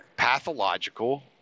Pathological